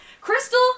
Crystal